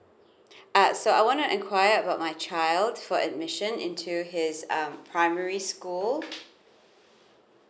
uh so I want to inquire about my child for admission into his um primary school